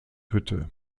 hütte